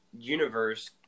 universe